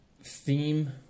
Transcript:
theme